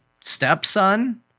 stepson